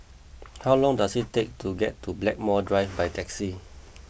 how long does it take to get to Blackmore Drive by taxi